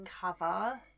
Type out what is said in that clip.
cover